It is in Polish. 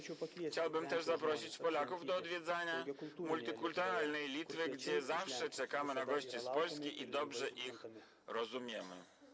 Chciałbym zaprosić Polaków do odwiedzania multikulturalnej Litwy, gdzie zawsze czekamy na gości z Polski i dobrze ich rozumiemy.